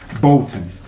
Bolton